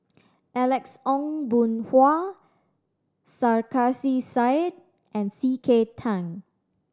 Alex Ong Boon Hau Sarkasi Said and C K Tang